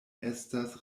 estas